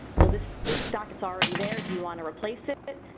well this, this doc is already there. do you want to replace it?